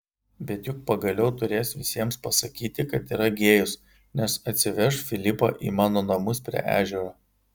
bet juk pagaliau turės visiems pasakyti kad yra gėjus nes atsiveš filipą į mano namus prie ežero